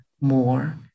more